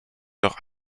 doch